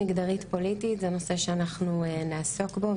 נושא שאנחנו נעסוק בו,